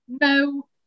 no